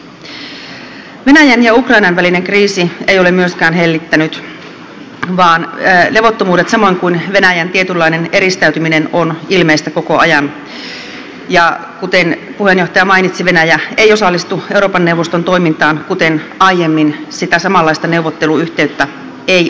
venäjän ja ukrainan välinen kriisi ei ole myöskään hellittänyt vaan levottomuudet samoin kuin venäjän tietynlainen eristäytyminen ovat ilmeisiä koko ajan ja kuten puheenjohtaja mainitsi venäjä ei osallistu euroopan neuvoston toimintaan kuten aiemmin sitä samanlaista neuvotteluyhteyttä ei ole